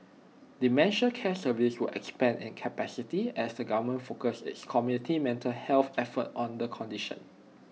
dementia care services will expand in capacity as the government focuses its community mental health efforts on the condition